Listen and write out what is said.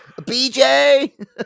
bj